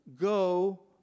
go